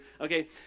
Okay